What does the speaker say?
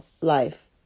life